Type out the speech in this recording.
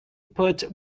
put